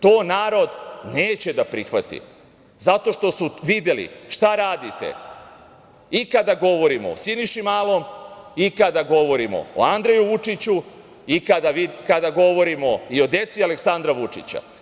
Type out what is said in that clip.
To narod neće da prihvati zato što su videli šta radite i kada govorimo o Siniši Malom i kada govorimo o Andreju Vučiću i kada govorimo o deci Aleksandra Vučića.